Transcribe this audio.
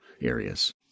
areas